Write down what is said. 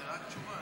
זה רק תשובה?